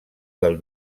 del